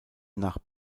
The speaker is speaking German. nach